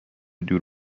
دور